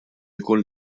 jkun